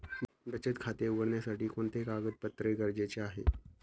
बचत खाते उघडण्यासाठी कोणते कागदपत्रे गरजेचे आहे?